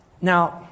Now